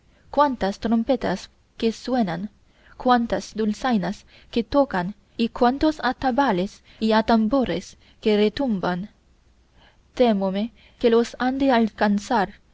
cuántas trompetas que suenan cuántas dulzainas que tocan y cuántos atabales y atambores que retumban témome que los han de alcanzar